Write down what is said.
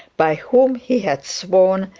by whom he had sworn,